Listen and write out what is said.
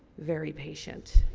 very patient.